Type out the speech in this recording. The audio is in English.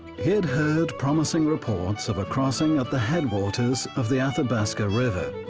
he'd heard promising reports of a crossing at the headwaters of the athabasca river.